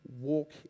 walk